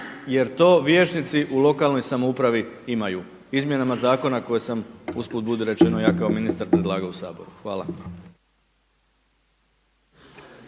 jer to vijećnici u lokalnoj samoupravi imaju, izmjenama zakona koje sam usput budi rečeno, ja kao ministar predlagao u Saboru. Hvala.